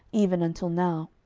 even until now.